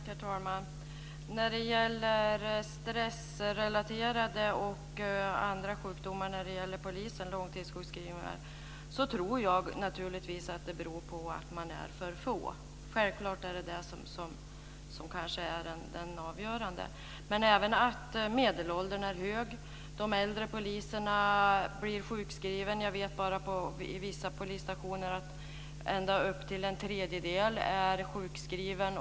Herr talman! När det gäller stressrelaterade sjukdomar och andra sjukdomar inom polisen, alltså långtidssjukskrivningar, tror jag naturligtvis att det beror på att man är för få. Självklart är det detta som är avgörande. Men det är även så att medelåldern är hög. De äldre poliserna blir sjukskrivna. Jag vet att det på vissa polisstationer är ända upp till en tredjedel som är sjukskrivna.